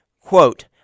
Quote